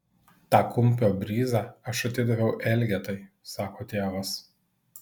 tą kumpio bryzą aš atidaviau elgetai sako tėvas